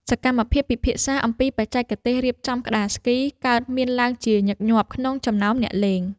សកម្មភាពពិភាក្សាអំពីបច្ចេកទេសរៀបចំក្ដារស្គី កើតមានឡើងជាញឹកញាប់ក្នុងចំណោមអ្នកលេង។